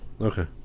Okay